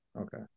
Okay